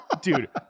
Dude